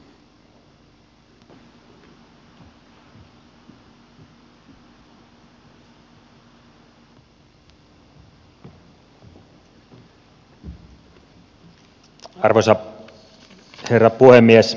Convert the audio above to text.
arvoisa herra puhemies